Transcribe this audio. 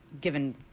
given